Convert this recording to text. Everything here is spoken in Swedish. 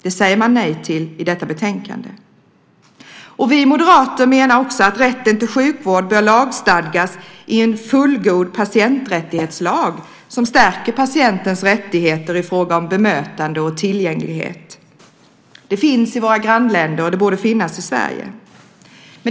Det säger utskottet nej till i detta betänkande. Vi moderater menar också att rätten till sjukvård bör lagstadgas i en fullgod patienträttighetslag, som stärker patientens rättigheter i fråga om bemötande och tillgänglighet. Det finns i våra grannländer, och det borde finnas i Sverige.